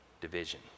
division